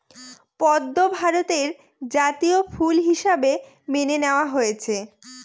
পদ্ম ভারতের জাতীয় ফুল হিসাবে মেনে নেওয়া হয়েছে